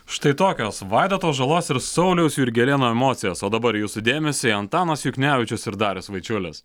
štai tokios vaidoto žalos ir sauliaus jurgelėno emocijos o dabar jūsų dėmesiui antanas juknevičius ir darius vaičiulis